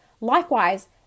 likewise